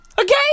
Okay